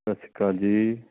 ਸਤਿ ਸ਼੍ਰੀ ਅਕਾਲ ਜੀ